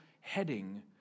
heading